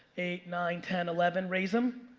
eight, nine, ten, eleven? raise em.